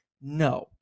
No